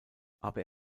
aber